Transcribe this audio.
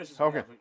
okay